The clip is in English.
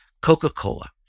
Coca-Cola